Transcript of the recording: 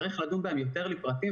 צריך לדון בהן יותר לפרטים,